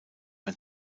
ein